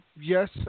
yes